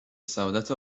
سعادت